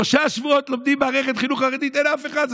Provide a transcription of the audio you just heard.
שלושה שבועות לומדים במערכת החינוך החרדית ואין אף אחד,